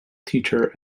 teacher